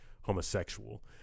homosexual